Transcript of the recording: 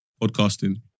podcasting